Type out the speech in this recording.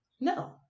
no